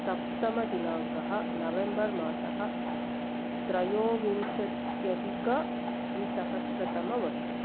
सप्तमदिनाङ्कः नवेम्बर् मासः त्रयोविंशत्यधिकद्विसहस्रतमवर्षम्